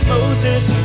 Moses